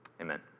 Amen